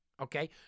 Okay